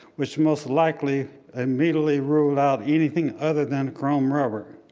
which most likely immediately ruled out anything other than chrome rubber.